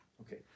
okay